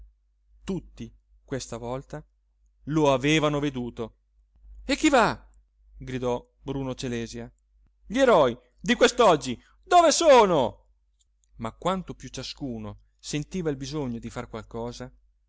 ajuto tutti questa volta lo avevano veduto e chi va gridò bruno celèsia gli eroi di quest'oggi dove sono ma quanto piú ciascuno sentiva il bisogno di far qualcosa